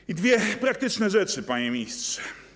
I dwie praktyczne rzeczy, panie ministrze.